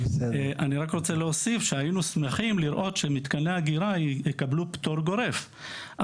אני רק רוצה להוסיף שהיינו שמחים לראות שמתקני האגירה יקבלו פטור גורף,